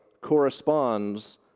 corresponds